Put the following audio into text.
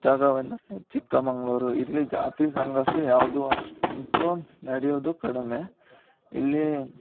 ಜಾಗವೆಂದರೆ ಚಿಕ್ಕಮಗಳೂರು ಇಲ್ಲಿ ಜಾತಿ ಸಂಘರ್ಷ ಯಾವುದು ಅಷ್ಟು ನಡೆಯೋದು ಕಡಿಮೆ ಇಲ್ಲಿ